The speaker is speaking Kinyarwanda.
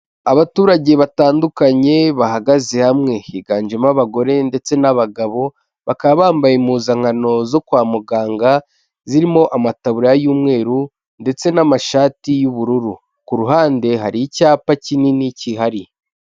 Abaturage batandukanye bahagaze hamwe, higanjemo abagore ndetse n'abagabo, bakaba bambaye impuzankano zo kwa muganga, zirimo amataburiya y'umweru, ndetse n'amashati y'ubururu, ku ruhande hari icyapa kinini kihari.